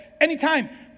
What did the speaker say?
anytime